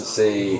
see